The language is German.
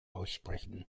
aussprechen